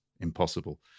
Impossible